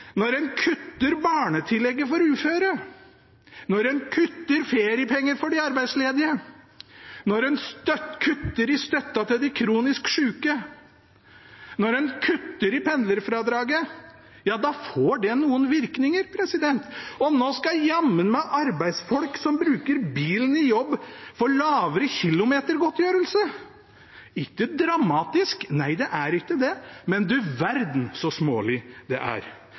Når en kutter barnetillegget for uføre, når en kutter feriepenger for de arbeidsledige, når en kutter i støtten til de kronisk syke, når en kutter i pendlerfradraget, ja, da får det noen virkninger. Og nå skal jammen arbeidsfolk som bruker bilen i jobb, få lavere kilometergodtgjørelse. Ikke dramatisk, nei, det er ikke det, men du verden så smålig det er